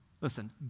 Listen